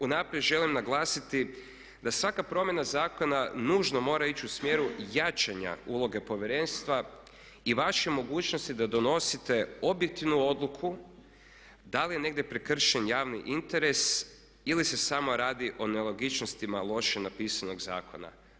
Unaprijed želim naglasiti da svaka promjena zakona nužno mora ići u smjeru jačanja uloge povjerenstva i vaše mogućnosti da donosite objektivnu odluku da li je negdje prekršen javni interes ili se samo radi o nelogičnostima loše napisanog zakona.